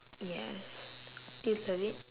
yes do you love it